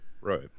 Right